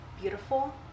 beautiful